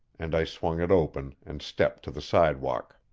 and i swung it open and stepped to the sidewalk.